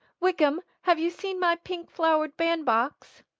wickham, have you seen my pink-flowered bandbox?